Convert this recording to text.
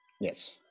Yes